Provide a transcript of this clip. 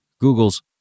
Google's